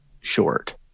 short